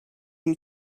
you